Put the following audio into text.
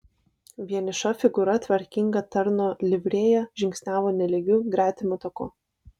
vieniša figūra tvarkinga tarno livrėja žingsniavo nelygiu gretimu taku